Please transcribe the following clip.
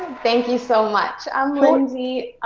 thank you so much. i'm lindsay.